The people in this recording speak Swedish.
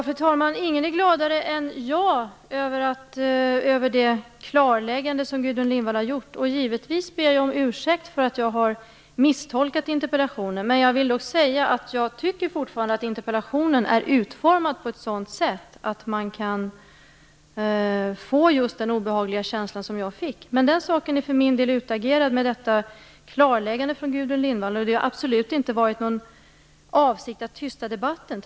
Fru talman! Ingen är gladare än jag över det klarläggande som Gudrun Lindvall har gjort. Jag ber givetvis om ursäkt för att jag har misstolkat interpellationen. Jag vill dock säga att jag fortfarande tycker att interpellationen är utformad på sådant sätt att man kan få just den obehagliga känsla som jag fick. Den saken är för min del utagerad med detta klarläggande från Gudrun Lindvall. Det har absolut inte varit någon avsikt att tysta debatten.